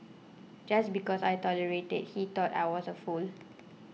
just because I tolerated he thought I was a fool